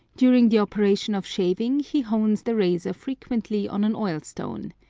during the operation of shaving he hones the razor frequently on an oil-stone.